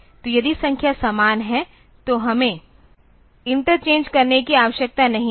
तो यदि संख्या समान है तो हमें इंटरचेंज करने की आवश्यकता नहीं है